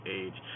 age